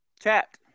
Chat